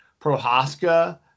Prohaska